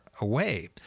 away